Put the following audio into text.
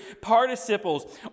participles